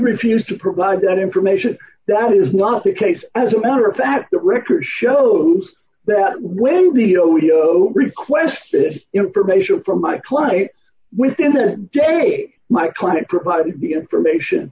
refused to provide that information that is not the case as a matter of fact the record shows that when the odio requested information from my client within that day my client provided the information